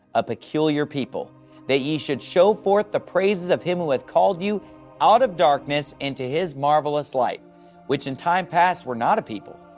a peculiar people that ye should shew forth the praises of him who hath called you out of darkness into his marvellous light which in time past were not a people,